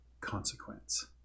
consequence